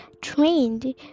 trained